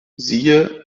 siehe